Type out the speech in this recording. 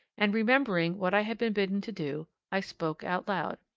and remembering what i had been bidden to do, i spoke out loud.